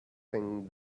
thing